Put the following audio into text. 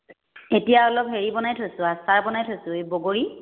এতিয়া অলপ হেৰি বনাই থৈছোঁ আচাৰ বনাই থৈছোঁ এই বগৰী